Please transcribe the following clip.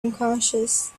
unconscious